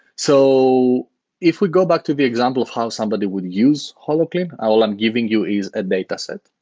so if we go back to the example of how somebody would use holoclean, all i'm giving you is a dataset.